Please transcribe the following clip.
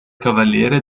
cavaliere